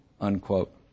unquote